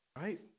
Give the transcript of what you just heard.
right